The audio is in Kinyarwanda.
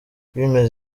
filimi